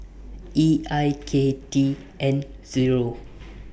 E I K T N Zero